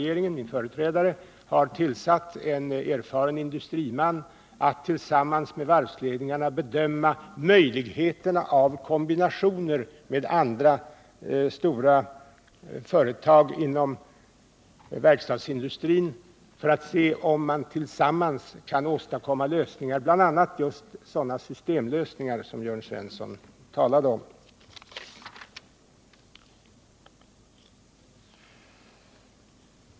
Min företrädare har tillsatt en erfaren industriman för att tillsammans med varvsledningarna bedöma möjligheterna till kombinationer med andra stora företag inom verkstadsindustrin för att se om de tillsammans kan åstadkomma lösningar, bl.a. just sådana systemlösningar som Jörn Svensson talade om.